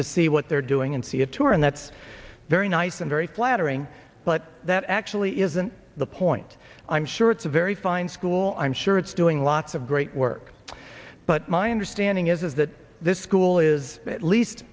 to see what they're doing and see it tour and that's very nice and very flattering but that actually isn't the point i'm sure it's a very fine school i'm sure it's doing lots of great work but my understanding is is that this school is at least